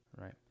Right